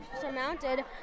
surmounted